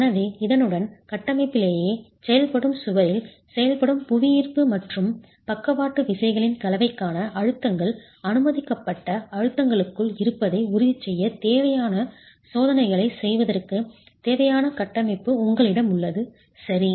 எனவே இதனுடன் கட்டமைப்பிலேயே செயல்படும் சுவரில் செயல்படும் புவியீர்ப்பு மற்றும் பக்கவாட்டு விசைகளின் கலவைக்கான அழுத்தங்கள் அனுமதிக்கப்பட்ட அழுத்தங்களுக்குள் இருப்பதை உறுதிசெய்ய தேவையான சோதனைகளைச் செய்வதற்குத் தேவையான கட்டமைப்பு உங்களிடம் உள்ளது சரி